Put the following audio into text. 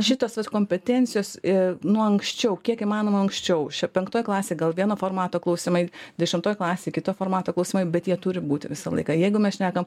šitos tos kompetencijos ir nuo anksčiau kiek įmanoma anksčiau čia penktoje klasėje gal vieno formato klausimai dešimtoj klasėj kito formato klausimai bet jie turi būti visą laiką jeigu mes šnekam